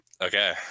okay